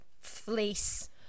fleece